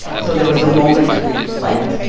so there was a moment to reflect.